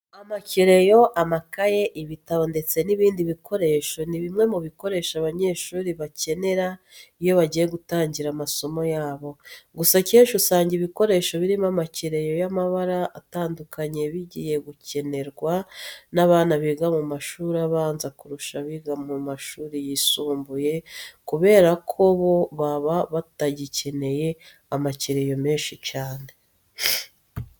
Amakereyo, amakayi, ibitabo ndetse n'ibindi bikoresho ni bimwe mu bikoresho abanyeshuri bakenera iyo bagiye gutangira amasomo yabo. Gusa akenshi usanga ibikoresho birimo amakereyo y'amabara atandukanye bigiye gukenerwa n'abana biga mu mashuri abanza kurusha abiga mu mashuri yisumbuye, kubera ko bo baba batagikeneye amakereyo menshi cyane.